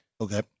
okay